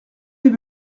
lès